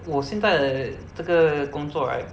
我现在的这个工作 right